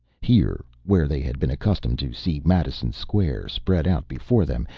here, where they had been accustomed to see madison square spread out before them,